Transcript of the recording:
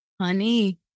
Honey